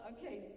okay